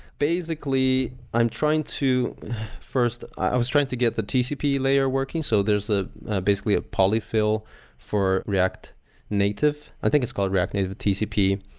basically, i'm trying to first i was trying to get the tcp layer working, so there's basically a polyfill for react native. i think it's called react native tcp,